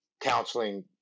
counseling